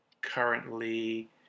Currently